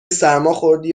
سرماخوردی